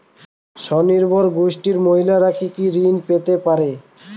স্বনির্ভর গোষ্ঠীর মহিলারা কি কি ঋণ পেতে পারে?